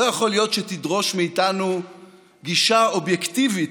לא יכול להיות שתדרוש מאיתנו גישה אובייקטיבית